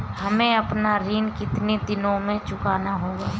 हमें अपना ऋण कितनी दिनों में चुकाना होगा?